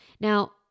Now